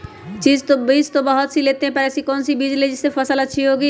बीज तो बहुत सी लेते हैं पर ऐसी कौन सी बिज जिससे फसल अच्छी होगी?